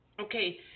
Okay